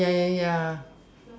ya ya ya